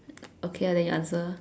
okay lah then you answer